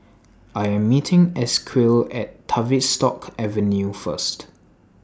I Am meeting Esequiel At Tavistock Avenue First